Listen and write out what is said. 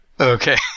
Okay